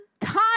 Time